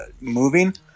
moving